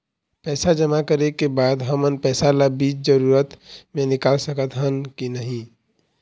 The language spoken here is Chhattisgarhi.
पैसा जमा करे के बाद हमन पैसा ला बीच जरूरत मे निकाल सकत हन की नहीं?